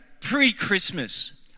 Pre-Christmas